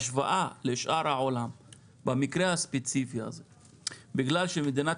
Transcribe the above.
ההשוואה לשאר העולם במקרה הספציפי בגלל שמדינת